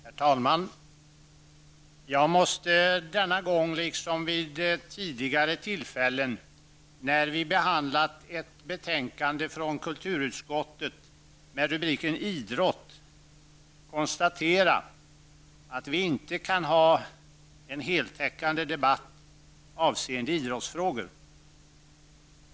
Herr talman! Jag måste denna gång, liksom vid tidigare tillfällen när vi behandlat ett betänkande från kulturutskottet med rubriken idrott, konstatera att vi ej kan ha en heltäckande debatt avseende idrottsfrågor.